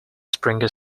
springer